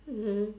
mmhmm